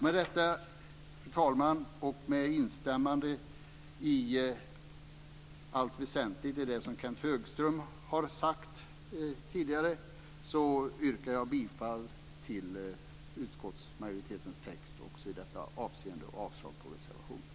Med detta, fru talman, och med instämmande i allt väsentligt i det som Kenth Högström har sagt tidigare yrkar jag på godkännande av utskottsmajoritetens text också i detta avseende, och avslag på reservationerna.